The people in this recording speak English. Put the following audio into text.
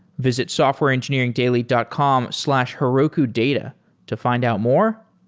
visit softwareengineeringdaily dot com slash herokudata to find out more,